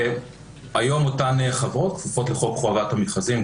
היום אותן חברות כפופות לחוק חובת המכרזים,